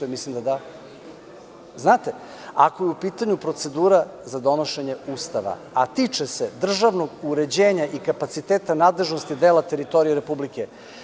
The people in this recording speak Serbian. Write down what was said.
Ja mislim da da, ako je u pitanju procedura za donošenje Ustava, a tiče se državnog uređenja i kapaciteta nadležnosti dela teritorije Republike.